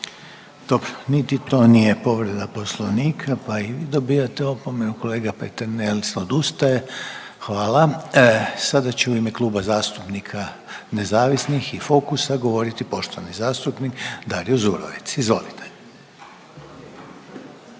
Dobro, niti to nije povreda Poslovnika, pa i vi dobijate opomenu. Kolega Peternel odustaje. Hvala. Sada će u ime Kluba zastupnika nezavisnih i Fokusa govoriti poštovani zastupnik Dario Zurovec, izvolite.